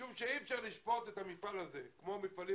אי אפשר לשפוט את המפעל הזה כמו את המפעלים